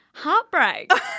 heartbreak